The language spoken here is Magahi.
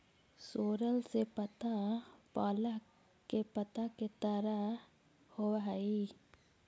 सोरल के पत्ता पालक के पत्ता के तरह होवऽ हई